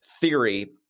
theory